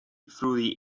through